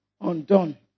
undone